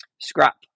Scrap